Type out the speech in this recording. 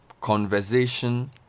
Conversation